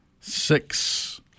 six